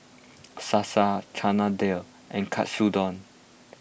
Salsa Chana Dal and Katsudon